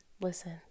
Listen